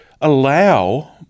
allow